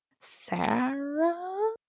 Sarah